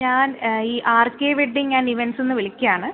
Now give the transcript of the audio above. ഞാൻ ഈ R K wedding and ഇവൻസ്ന്ന് വിളിക്കുകയാണ്